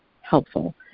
helpful